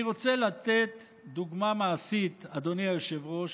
אני רוצה לתת דוגמה מעשית, אדוני היושב-ראש,